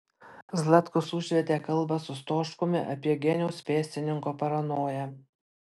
zlatkus užvedė kalbą su stoškumi apie geniaus pėstininko paranoją